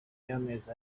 y’amezi